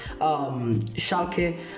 Schalke